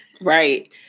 Right